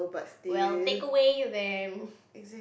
why take away you then